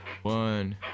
one